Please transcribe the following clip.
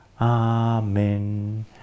Amen